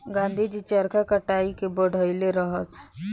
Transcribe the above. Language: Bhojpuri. गाँधी जी चरखा कताई के बढ़इले रहस